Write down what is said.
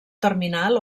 terminal